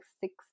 six